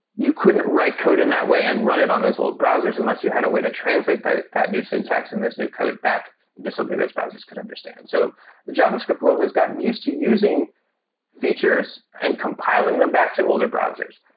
you couldn't write code in that way and run it on those old browsers, unless you had a way to translate that that new syntax and this new code back just something those browsers could understand the so javascript world has gotten used to using features and compiling them back to older browsers.